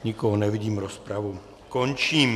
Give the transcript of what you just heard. Nikoho nevidím, rozpravu končím.